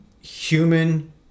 human